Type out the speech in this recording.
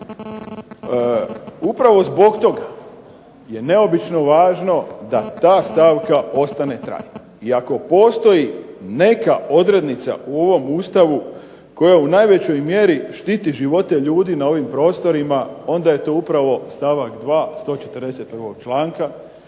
Upravo zbog toga je neobično važno da ta stavka ostane trajna. I ako postoji neka odrednica u ovom Ustavu koja u najvećoj mjeri štiti živote ljudi na ovim prostorima onda je to upravo stavak 2. 141. članka.